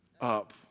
up